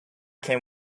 can